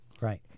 Right